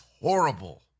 horrible